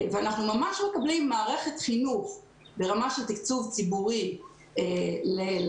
אנחנו ממש מקבלים מערכת חינוך ברמה של תקצוב ציבורי למעמדות